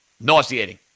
nauseating